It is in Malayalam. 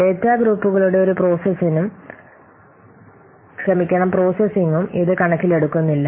ഡാറ്റാ ഗ്രൂപ്പുകളുടെ ഒരു പ്രോസസ്സിംഗും ഇത് കണക്കിലെടുക്കുന്നില്ല